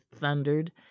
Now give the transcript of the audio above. thundered